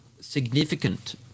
significant